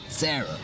Sarah